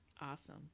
Awesome